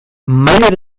maider